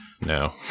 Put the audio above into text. No